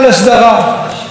והוא הבין,